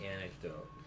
Anecdote